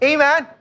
Amen